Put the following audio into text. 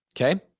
okay